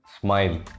smile